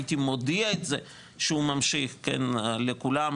הייתי מודיע שהוא ממשיך לכולם,